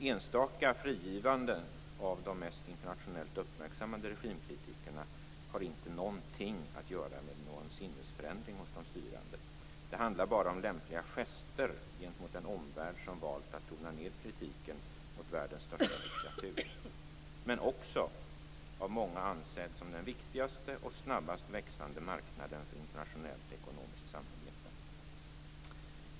Enstaka frigivanden av de mest internationellt uppmärksammade regimkritikerna har inte någonting att göra med en sinnesförändring hos de styrande. Det handlar bara om lämpliga gester gentemot en omvärld som valt att tona ned kritiken mot världens största diktatur - men också av många ansedd som den viktigaste och snabbast växande marknaden för internationellt ekonomiskt samarbete.